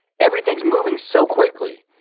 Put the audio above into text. everything's moving so quickly.